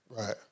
Right